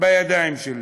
בידיים שלי.